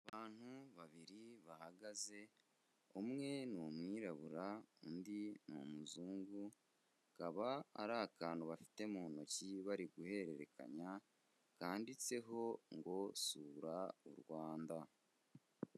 Abantu babiri bahagaze umwe ni umwirabura, undi ni umuzungu; hakaba hari akantu bafite mu ntoki bari guhererekanya kanditseho ngo sura u Rwanda.